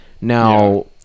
now